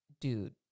dude